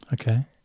Okay